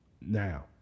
Now